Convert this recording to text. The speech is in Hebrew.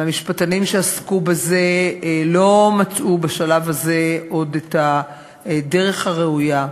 והמשפטנים שעסקו בזה לא מצאו בשלב הזה את הדרך הראויה.